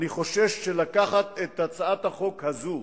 אני חושש שלקחת את הצעת החוק הזאת,